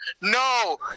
No